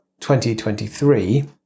2023